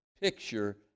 picture